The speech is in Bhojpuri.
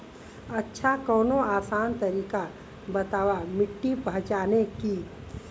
अच्छा कवनो आसान तरीका बतावा मिट्टी पहचाने की?